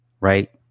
Right